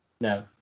No